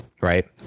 right